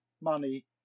Money